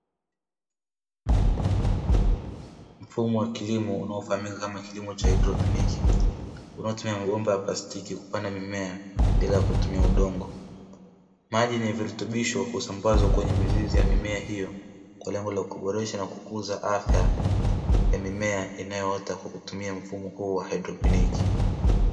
Mfumo wa kilimo unaofahamika kama kilimo cha haidroponi, unaotumia mabomba ya plastiki kupanda mimea bila kutumia udongo, maji yenye virutubisho husambazwa kwenye mizizi ya mimea hiyo kwa lengo la kuboresha na kukuza afya ya mimea inayoota kwa kutumia mfumo huo wa haidroponi.